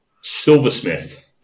Silversmith